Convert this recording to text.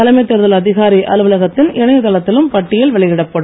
தலைமைத் தேர்தல் அதிகாரி அலுவலகத்தின் இணையதளத்திலும் பட்டியல் வெளியிடப்படும்